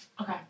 Okay